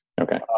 Okay